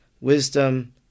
wisdom